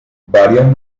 varias